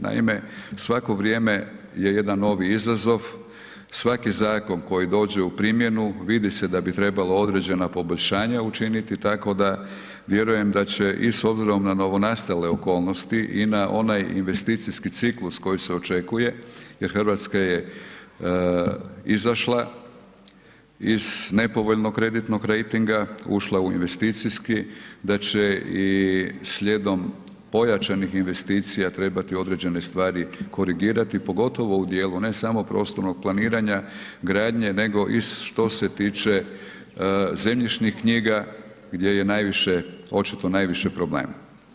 Naime, svako vrijeme je jedan novi izazov, svaki zakon koji dođe u primjenu vidi se da bi trebalo određena poboljšanja učiniti, tako da vjerujem da će i s obzirom na novonastale okolnosti i na onaj investicijski ciklus koji se očekuje, jer Hrvatska je izašla iz nepovoljnog kreditnog rejtinga, ušla u investicijski, da će i slijedom pojačanih investicija trebati određene stvari korigirati pogotovo u dijelu ne samo prostornog planiranja gradnje nego i što se tiče zemljišnih knjiga gdje je najviše očito najviše problema.